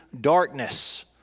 darkness